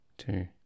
Two